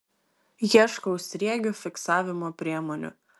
ieškau sriegių fiksavimo priemonių